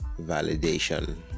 validation